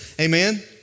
Amen